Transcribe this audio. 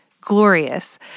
glorious